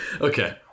okay